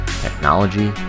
technology